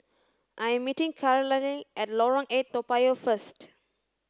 I am meeting Carlyle at Lorong eight Toa Payoh first